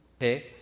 Okay